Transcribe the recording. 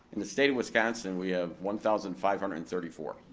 in the state of wisconsin we have one thousand five hundred and thirty four.